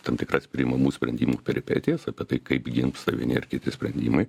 tam tikras priimamų sprendimų peripetijas apie tai kaip gimsta vieni ar kiti sprendimai